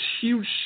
huge